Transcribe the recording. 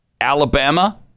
Alabama